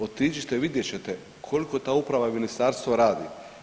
Otiđite, vidjet ćete koliko ta Uprava i Ministarstvo radi.